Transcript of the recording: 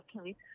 Okay